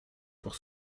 pour